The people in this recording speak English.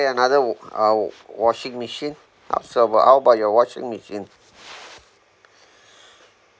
another wa~ uh washing machine uh so how about your washing machine